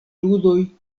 ludoj